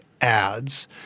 ads